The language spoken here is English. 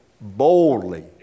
boldly